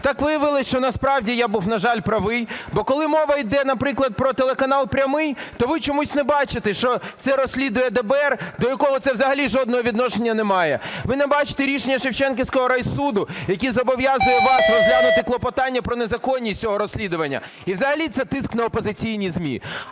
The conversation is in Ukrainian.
Так виявилось, що насправді я був, на жаль, правий. Бо коли мова йде, наприклад, про телеканал "Прямий", то ви чомусь не бачите, що це розслідує ДБР, до якого це взагалі жодного відношення не має. Ви не бачите рішення Шевченківського райсуду, який зобов'язує вас розглянути клопотання про незаконність цього розслідування. І взагалі це тиск на опозиційні ЗМІ.